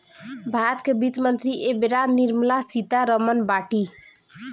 भारत के वित्त मंत्री एबेरा निर्मला सीता रमण बाटी